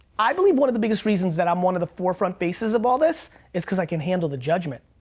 i believe one of the biggest reasons that i'm one of the forefront faces of all this is cause i can handle the judgment.